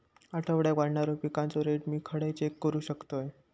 आठवड्याक वाढणारो पिकांचो रेट मी खडे चेक करू शकतय?